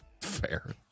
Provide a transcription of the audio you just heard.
Fair